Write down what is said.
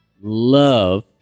love